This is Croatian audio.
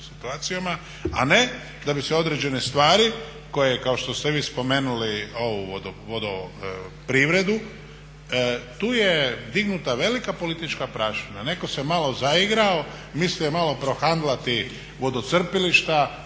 situacijama a ne da bi se određene stvari koje je kao što ste vi spomenuli ovu Vodoprivredu tu je dignuta velika politička prašina, neko se malo zaigrao, mislio je malo prohandlati vodocrpilišta,